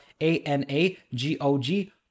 A-N-A-G-O-G